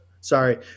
Sorry